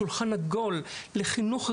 שולחן עגול לחינוך,